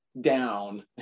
down